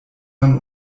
man